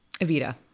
evita